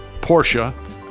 Porsche